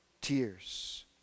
tears